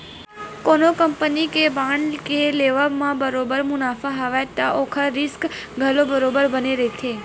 कोनो कंपनी के बांड के लेवब म बरोबर मुनाफा हवय त ओखर रिस्क घलो बरोबर बने रहिथे